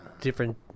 different